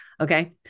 Okay